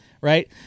right